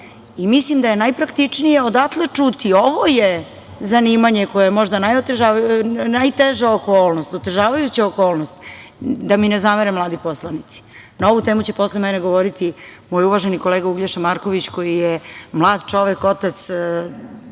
Mislim da je najpraktičnije odatle čuti, ovo je zanimanje koje možda najteža okolnost, otežavajuća okolnost, da mi ne zamere mladi poslanici. Na ovu temu će posle mene govoriti moj uvaženi kolega Uglješa Marković koji je mlad čovek, otac